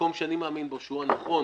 המקום שאני מאמין בו שהוא הנכון